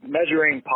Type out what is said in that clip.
Measuring